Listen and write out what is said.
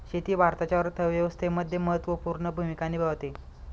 शेती भारताच्या अर्थव्यवस्थेमध्ये महत्त्वपूर्ण भूमिका निभावते